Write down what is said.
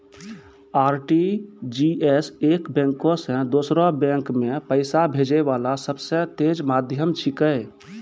RTGS एक bank से दोसरो बैंक मे पैसा भेजै वाला सबसे तेज माध्यम छिकै